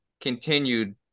continued